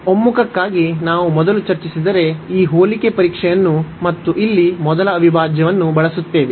ಒಮ್ಮುಖಕ್ಕಾಗಿ ನಾವು ಮೊದಲು ಚರ್ಚಿಸಿದರೆ ಈ ಹೋಲಿಕೆ ಪರೀಕ್ಷೆಯನ್ನು ಮತ್ತು ಇಲ್ಲಿ ಮೊದಲ ಅವಿಭಾಜ್ಯವನ್ನು ಬಳಸುತ್ತೇವೆ